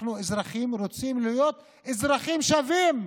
אנחנו אזרחים, רוצים להיות אזרחים שווים,